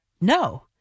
no